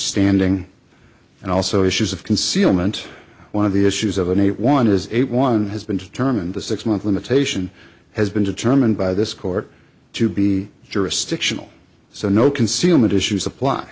standing and also issues of concealment one of the issues of a new one is it one has been determined the six month limitation has been determined by this court to be jurisdictional so no concealment issues apply